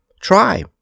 Try